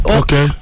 okay